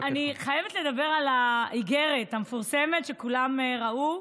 אני חייבת לדבר על האיגרת המפורסמת שכולם ראו.